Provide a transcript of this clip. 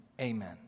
Amen